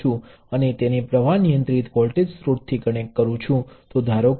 અને આ પ્રવાહ નિયંત્રિત પ્ર્વાહ સ્રોતને 5Ixતરીકે વ્યાખ્યાયિત કરુ છુ